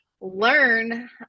learn